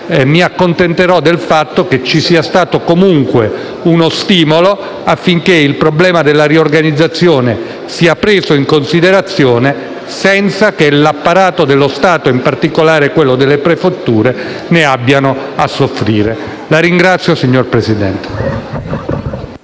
mi accontenterò del fatto che ci sia stato comunque uno stimolo affinché il problema della riorganizzazione sia preso in considerazione senza che l'apparato dello Stato, in particolare quello delle prefetture, ne abbia a soffrire.